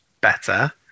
better